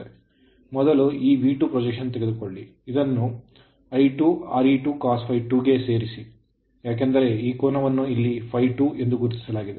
ಮೊದಲು ಈ V2 projection ತೆಗೆದುಕೊಳ್ಳಿ ಇದನ್ನು I2Re2cos∅2 ಸೇರಿಸಿ ಏಕೆಂದರೆ ಈ ಕೋನವನ್ನು ಇಲ್ಲಿ ∅2 ಎಂದು ಗುರುತಿಸಲಾಗಿದೆ